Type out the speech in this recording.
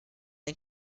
ein